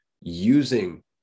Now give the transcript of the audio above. using